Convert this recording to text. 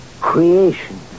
creation